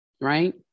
right